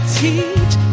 teach